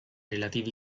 relativi